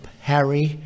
Harry